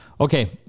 Okay